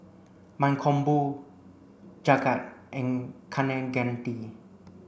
Mankombu Jagat and Kaneganti